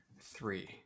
three